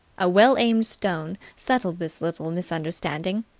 a well-aimed stone settled this little misunderstanding,